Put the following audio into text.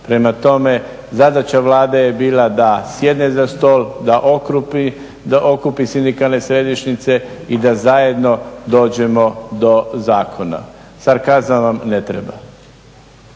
Prema tome zadaća Vlade je bila da sjedne za stol, da okupi sindikalne središnjice i da zajedno dođemo do zakona. Sarkazam vam ne treba.